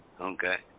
Okay